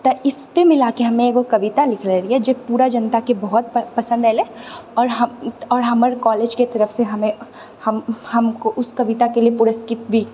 तऽ इसको मिलाके हम एगो कविता लिखने रहियै जे पूरा जनताके बहुत पसन्द एलय आओर हमर कॉलेजके तरफसे हमरा हमको उस कविताके लिए पुरस्कृत भी